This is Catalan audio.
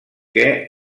que